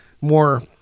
more